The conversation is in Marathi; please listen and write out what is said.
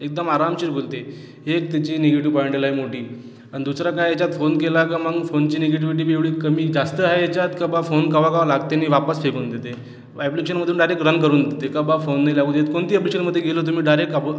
एकदम आरामशीर खोलते हे त्याचे निगेटिव पॉइंट आहे लय मोठी आणि दुसरा काय याच्यात फोन केला का मग फोनची निगेटिविटी बी एवढी कमी जास्त आहे याच्यात का बुवा फोन केव्हा केव्हा लागते आणि वापस फेकून देते वायब्रेशनमधून डायरेक्ट रन करून देते का बुवा फोन नाही लागू देत कोणत्याही ॲप्लिकेशनमध्ये गेलो तर डायरेक्ट आपलं